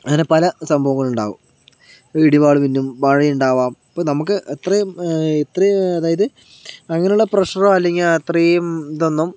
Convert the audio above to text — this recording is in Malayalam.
അങ്ങനെ പല സംഭവങ്ങളും ഉണ്ടാകും ഇടിവാള് മിന്നും മഴയുണ്ടാകാം ഇപ്പം നമുക്ക് അത്രയും ഇത്രേ അതായത് അങ്ങനെയുള്ള പ്രഷറോ അല്ലങ്കിൽ അത്രയും ഇതൊന്നും